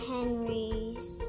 Henry's